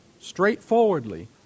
straightforwardly